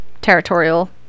territorial